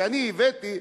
שאני הבאתי,